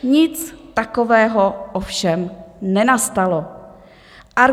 Nic takového ovšem nenastalo.